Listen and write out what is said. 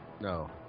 No